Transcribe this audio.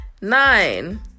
Nine